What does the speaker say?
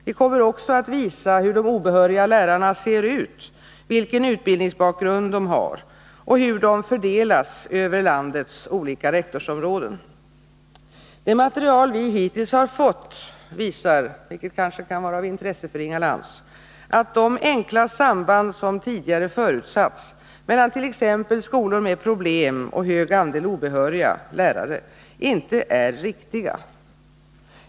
Vi kommer också att närmare ta upp de obehöriga lärarna, vilken utbildningsbakgrund de har och hur de fördelas över landets olika rektorsområden. Det material vi hittills har fått visar, vilket kanske kan vara av intresse för Inga Lantz, att de enkla samband som tidigare har förutsatts mellan t.ex. skolor med problem och hög andel obehöriga lärare inte är riktiga.